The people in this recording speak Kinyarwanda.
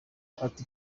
ati